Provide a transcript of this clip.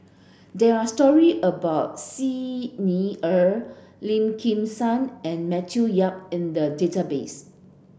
there are story about Xi Ni Er Lim Kim San and Matthew Yap in the database